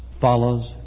follows